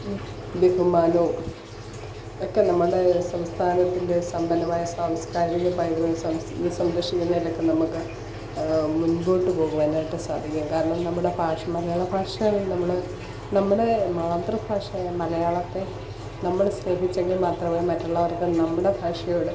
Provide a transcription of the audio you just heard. ബഹുമാനവും ഒക്കെ നമ്മളുടെ ഒരു സംസ്ഥാനത്തിൻ്റെ സമ്പന്നമായ സാംസ്കാരിക പൈതൃകവും സംരക്ഷിക്കുന്നതിനൊക്കെ നമുക്ക് മുൻപോട്ടു പോകുവാനായിട്ട് സാധിക്കും കാരണം നമ്മുടെ ഭാഷ മലയാള ഭാഷ നമ്മൾ നമ്മുടെ മാതൃ ഭാഷയായ മലയാളത്തെ നമ്മൾ സ്നേഹിച്ചെങ്കിൽ മാത്രമേ മറ്റുള്ളവർക്കും നമ്മളുടെ ഭാഷയോട്